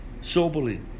soberly